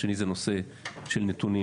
השני הוא נושא של נתונים,